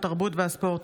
התרבות והספורט.